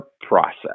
process